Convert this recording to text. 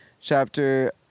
chapter